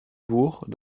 bourg